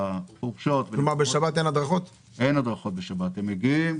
אנשים מגיעים,